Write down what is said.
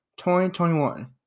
2021